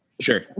Sure